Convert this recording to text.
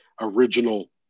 original